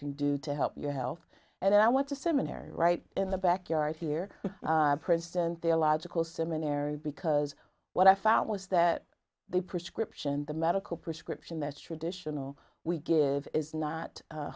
can do to help your health and i went to seminary right in the backyard here princeton theological seminary because what i found was that the prescription the medical prescription that's traditional we give is not